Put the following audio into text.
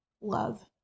love